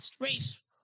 race